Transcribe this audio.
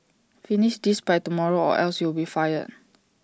finish this by tomorrow or else you'll be fired